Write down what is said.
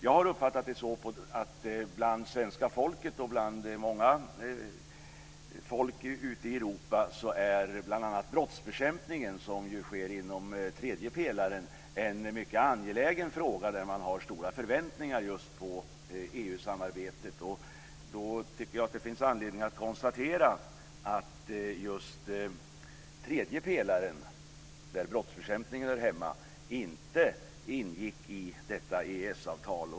Jag har uppfattat det som att bland svenska folket och bland många folk ute i Europa är bl.a. brottsbekämpningen, som ju sker inom tredje pelaren, en mycket angelägen fråga där man har stora förväntningar på EU samarbetet. Då tycker jag att det finns anledning att konstatera att just tredje pelaren, där brottsbekämpningen hör hemma, inte ingick i detta EES-avtal.